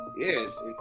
Yes